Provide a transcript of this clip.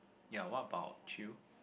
ya what about you